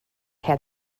had